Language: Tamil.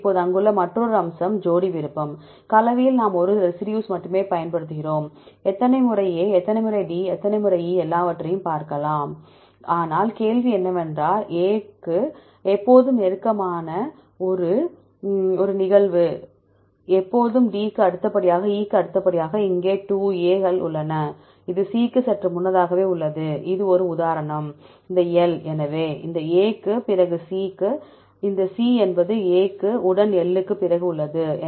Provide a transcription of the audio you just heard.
எனவே இப்போது அங்குள்ள மற்றொரு அம்சம் ஜோடி விருப்பம் கலவையில் நாம் ஒரு ரெசிடியூஸ் மட்டுமே பயன்படுத்துகிறோம் எத்தனை முறை A எத்தனை முறை D எத்தனை முறை D E எல்லாவற்றையும் பார்க்கலாம் ஆனால் கேள்வி என்னவென்றால் A க்கு எப்போதும் நெருக்கமான ஒரு நிகழ்வு எப்போதும் D க்கு அடுத்தபடியாக E க்கு அடுத்ததாக இங்கே 2 A கள் உள்ளன இது C க்கு சற்று முன்னதாகவே உள்ளது இது ஒரு உதாரணம் இந்த L எனவே இந்த A க்குப் பிறகு C இந்த C என்பது A உடன் L க்குப் பிறகு உள்ளது